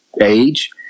age